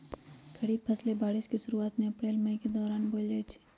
खरीफ फसलें बारिश के शुरूवात में अप्रैल मई के दौरान बोयल जाई छई